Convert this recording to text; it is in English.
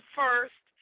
first